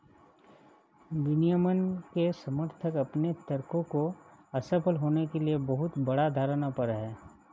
विनियमन के समर्थक अपने तर्कों को असफल होने के लिए बहुत बड़ा धारणा पर हैं